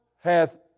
hath